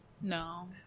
No